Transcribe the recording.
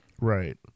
Right